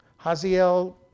Haziel